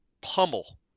pummel